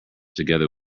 together